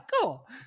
cool